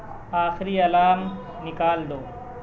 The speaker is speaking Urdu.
آخری الام نکال دو